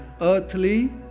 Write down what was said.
earthly